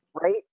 right